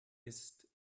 ist